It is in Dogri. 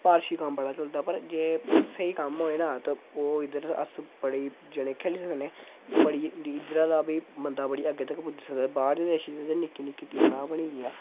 सफारशी कम्म बड़ा चलदा पर जे स्हेई कम्म होऐ ना ओह् इद्धर अस बड़े जने खेली सकनें बड़ी इद्धरा दा बी बंदा बड़ी अग्गै तक पुज्जी सकदा बाह्र दे देशें च ते निक्की निक्की टीमां गै बनी दियां